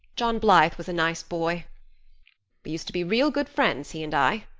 john blythe was a nice boy. we used to be real good friends, he and i.